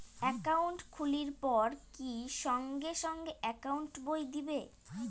Account খুলির পর কি সঙ্গে সঙ্গে একাউন্ট বই দিবে?